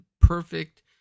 perfect